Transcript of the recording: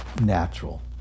natural